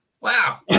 Wow